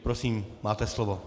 Prosím, máte slovo.